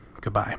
Goodbye